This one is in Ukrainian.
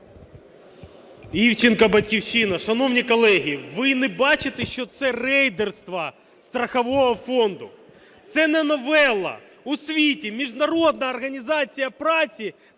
Івченко, "Батьківщина". Шановні колеги, ви не бачите, що це рейдерство страхового фонду. Це не новела. У світі Міжнародна організація праці...